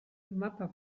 mapa